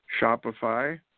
Shopify